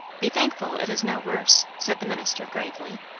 be thankful it is no worse, said the minister gravely.